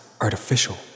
artificial